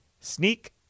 Sneak